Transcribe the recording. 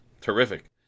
Terrific